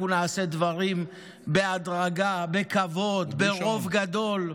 אנחנו נעשה דברים בהדרגה, בכבוד, ברוב גדול.